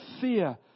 fear